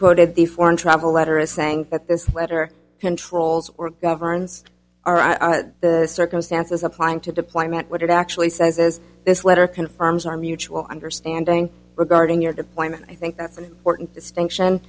quoted the foreign travel letter as saying that this letter controls or governs the circumstances applying to deployment what it actually says is this letter confirms our mutual understanding regarding your deployment i think that's an important distinction